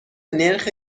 نرخ